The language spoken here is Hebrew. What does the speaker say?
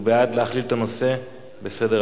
הוא בעד להכליל את הנושא בסדר-היום.